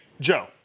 Joe